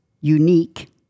unique